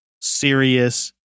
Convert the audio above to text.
serious